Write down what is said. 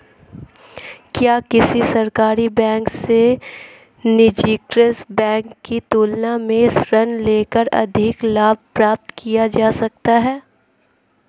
क्या किसी सरकारी बैंक से निजीकृत बैंक की तुलना में ऋण लेकर अधिक लाभ प्राप्त किया जा सकता है?